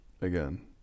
again